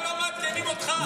למה לא מעדכנים אותך?